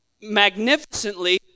magnificently